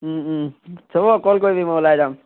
হ'ব কল কৰিবি মই ওলাই যাম